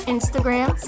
Instagram